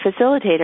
facilitator